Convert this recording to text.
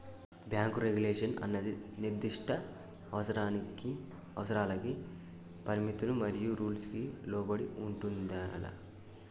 bank regulation అన్నది నిర్దిష్ట అవసరాలకి పరిమితులు మరియు రూల్స్ కి లోబడి ఉంటుందిరా